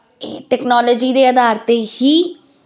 technology ਦੇ ਅਧਾਰ ਤੇ ਹੀ